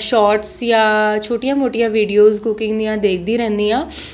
shorts ਜਾਂ ਛੋਟੀਆਂ ਮੋਟੀਆਂ ਵੀਡੀਓਜ਼ ਕੁਕਿੰਗ ਦੀਆਂ ਦੇਖਦੀ ਰਹਿੰਦੀ ਹਾਂ